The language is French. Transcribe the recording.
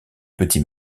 petit